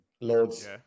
loads